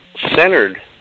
centered